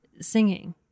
singing